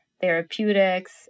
therapeutics